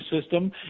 system